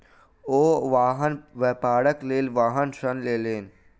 ओ वाहन व्यापारक लेल वाहन ऋण लेलैन